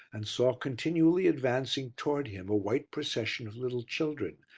and saw continually advancing towards him a white procession of little children,